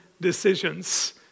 decisions